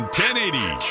1080